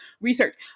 research